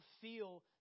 feel